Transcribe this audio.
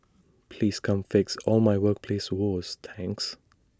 please come fix all my workplace woes thanks